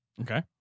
Okay